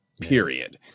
period